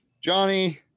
Johnny